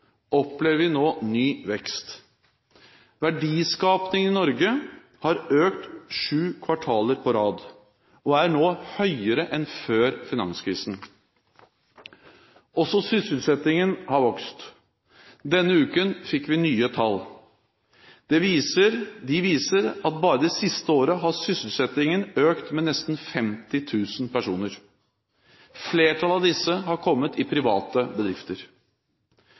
opplever vi nå ny vekst. Verdiskapingen i Norge har økt i sju kvartaler på rad, og er nå høyere enn før finanskrisen. Også sysselsettingen har vokst. Denne uken fikk vi nye tall. De viser at bare det siste året har sysselsettingen økt med nesten 50 000 personer. Flertallet av disse har kommet i private bedrifter.